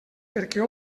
perquè